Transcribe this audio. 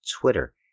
Twitter